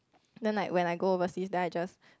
then like when I go overseas then I just